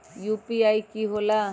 UPI कि होला?